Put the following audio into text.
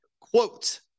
quote